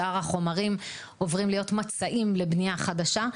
שאר החומרים עוברים להיות מוצרים לבנייה חדשה.